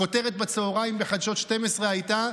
הכותרת בצוהריים בחדשות 12 הייתה: